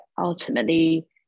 ultimately